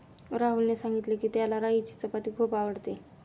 राहुलने सांगितले की, त्याला राईची चपाती खूप आवडते